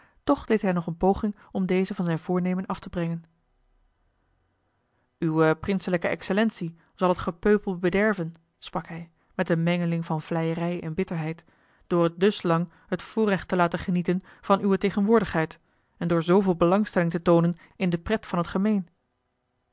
toch deed hij nog eene poging om dezen van zijn voornemen af te brengen uwe prinselijke excellentie zal het gepeupel bederven sprak hij met een mengeling van vleierij en bitterheid door het dus lang het voorrecht te laten genieten van uwe tegenwoordigheid en door zooveel belangstelling te toonen in de pret van t gemeen